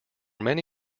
many